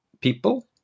people